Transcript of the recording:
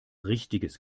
richtiges